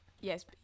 Yes